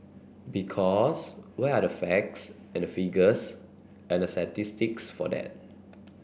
because where are the facts and the figures and the statistics for that